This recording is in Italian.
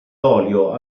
olio